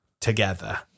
together